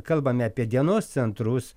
kalbame apie dienos centrus